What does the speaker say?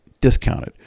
discounted